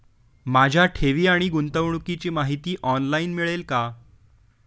माझ्या ठेवी आणि गुंतवणुकीची माहिती ऑनलाइन मिळेल का?